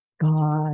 God